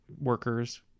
workers